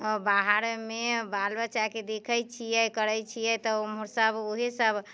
अऽ बाहरमे बाल बच्चाके देखै छियै करै छियै तऽ उमहर सभ ओहे सभ